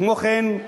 כמו כן,